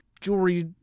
jewelry